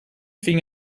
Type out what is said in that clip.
fing